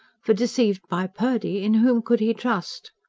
for, deceived by purdy, in whom could he trust?